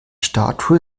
statue